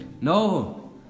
No